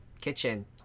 kitchen